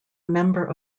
member